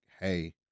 Hey